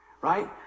Right